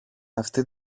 αυτή